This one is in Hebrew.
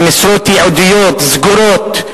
ומשרות ייעודיות סגורות,